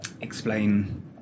explain